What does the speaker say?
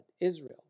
Israel